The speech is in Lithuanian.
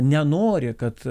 nenori kad